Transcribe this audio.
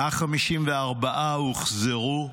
154 הוחזרו,